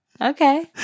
Okay